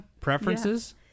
preferences